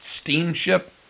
steamship